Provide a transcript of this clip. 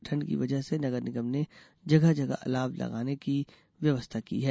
ठंड की वजह से नगर निगम ने जगह जगह अलाव जलाने की व्यवस्था की है